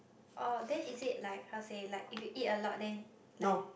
oh then is it like how to say like if you eat a lot then like